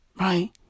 Right